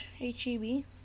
H-E-B